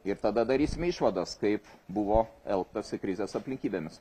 ir tada darysime išvadas kaip buvo elgtasi krizės aplinkybėmis